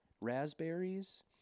raspberries